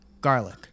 garlic